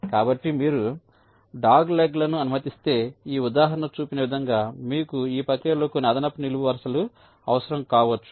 కాబట్టి మీరు డాగ్లెగ్లను అనుమతిస్తే ఈ ఉదాహరణ చూపిన విధంగా మీకు ఈ ప్రక్రియలో కొన్ని అదనపు నిలువు వరుసలు అవసరం కావచ్చు